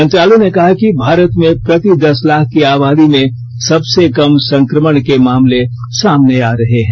मंत्रालय ने कहा कि भारत में प्रति दस लाख की आबादी में सबसे कम संक्रमण के मामले सामने आ रहे हैं